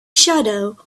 shadow